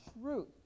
truth